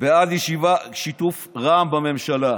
בעד שיתוף רע"מ בממשלה.